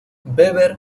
webber